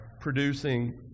producing